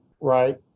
right